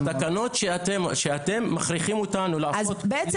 התקנות שאתם מכריחים אותנו לעשות --- אז בעצם